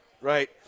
right